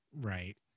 Right